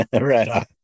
Right